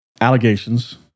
allegations